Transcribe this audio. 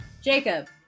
Jacob